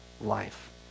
life